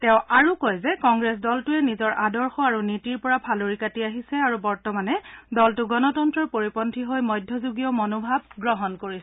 তেওঁ কয় যে কংগ্ৰেছ দলটোৱে নিজৰ আদৰ্শ আৰু নীতিৰ পৰা ফালৰি কাটি আহিছে আৰু বৰ্তমানে দলটো গণতন্ত্ৰৰ পৰিপন্থী হৈ মধ্যযুগীয় মনোভাৱ গ্ৰহণ কৰিছে